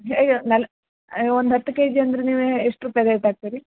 ಅಯ್ಯೋ ಒಂದು ಹತ್ತು ಕೆಜಿ ಅಂದರೆ ನೀವು ಎಷ್ಟು ರೂಪಾಯಿ ರೇಟ್ ಹಾಕ್ತೀರಿ